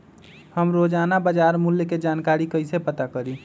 हम रोजाना बाजार मूल्य के जानकारी कईसे पता करी?